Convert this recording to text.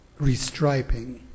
restriping